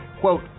quote